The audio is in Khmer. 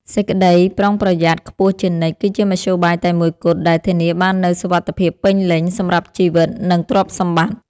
សេចក្តីប្រុងប្រយ័ត្នខ្ពស់ជានិច្ចគឺជាមធ្យោបាយតែមួយគត់ដែលធានាបាននូវសុវត្ថិភាពពេញលេញសម្រាប់ជីវិត និងទ្រព្យសម្បត្តិ។